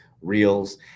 reels